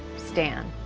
stan.